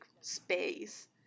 space